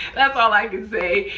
that's all i can say.